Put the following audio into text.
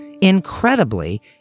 Incredibly